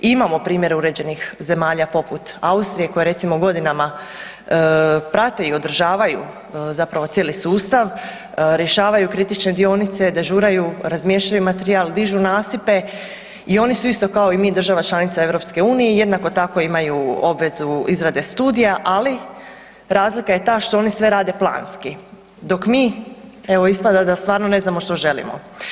Imamo primjere uređenih zemalja poput Austrije koja recimo godinama prate i održavaju zapravo cijeli sustav, rješavaju kritične dionice, dežuraju, razmještaju materijal, dižu nasipe i oni su isto kao i mi država članica EU i jednako tako imaju obvezu izrade studija, ali razlika je ta što oni sve rade planski dok mi, evo ispada da stvarno ne znamo što želimo.